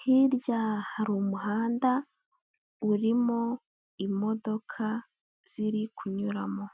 hirya hari umuhanda urimo imodoka ziri kunyuramo.